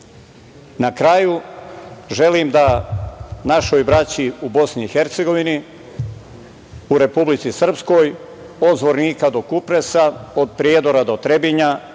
kraju želim da našoj braći u Bosni i Hercegovini, u Republici Srpskoj, od Zvornika do Kupresa, od Prijedora do Trebinja